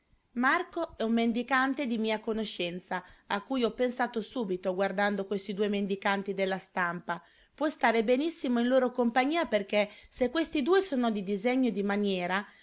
marco è un mendicante di mia conoscenza a cui ho pensato subito guardando questi due mendicanti della stampa può stare benissimo in loro compagnia perché se questi due sono disegno di maniera